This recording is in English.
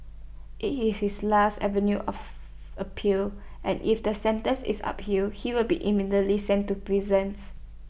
IT is his last avenue of appeal and if the sentence is uphill he will be immediately sent to prisons